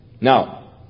Now